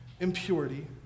impurity